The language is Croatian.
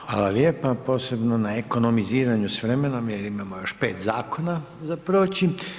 Hvala lijepa, posebno na ekonomiziranju s vremenom jer imamo još 5 zakona za proći.